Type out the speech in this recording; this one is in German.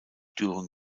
düren